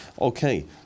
okay